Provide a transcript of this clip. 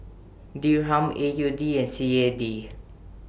Dirham A U D and C A D